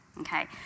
Okay